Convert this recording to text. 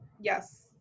Yes